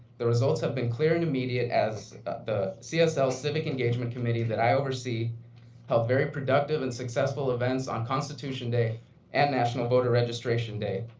the results have been clear and immediate as the csl civic engagement committee that i oversee held very productive and successful events on constitution day and national voter registration day,